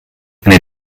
eine